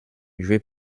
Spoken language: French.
joué